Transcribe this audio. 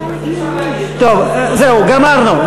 טוב, זהו, גמרנו.